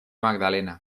magdalena